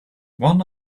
one